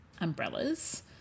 umbrellas